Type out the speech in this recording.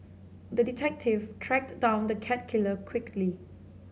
the detective tracked down the cat killer quickly